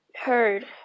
heard